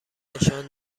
نشان